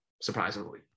surprisingly